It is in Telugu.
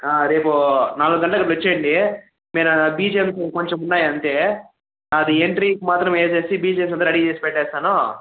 రేపు నాలుగు గంటలకు వచ్చేయండి మీరు బిజిఎమ్స్ కొంచెం ఉన్నాయి అంతే అది ఎంట్రీ మాత్రం ఏసేసి బిజిఎమ్స్ ఉన్నాయి రెడీ చేసి పెట్టేస్తాను